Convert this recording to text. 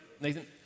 Nathan